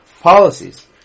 policies